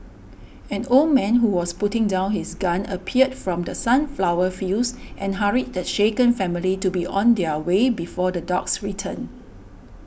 an old man who was putting down his gun appeared from the sunflower fields and hurried the shaken family to be on their way before the dogs return